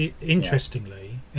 interestingly